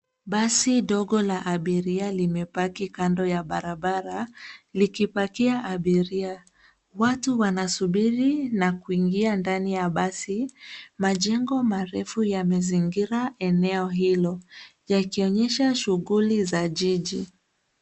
Basi dogo la abiria limepaki kando ya barabara likipakia abiria. Watu wanasubiri na kuingia ndani ya basi. Majengo marefu yamezingira eneo hilo yakionyesha shughuli za jiji.